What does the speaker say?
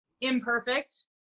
imperfect